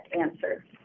answer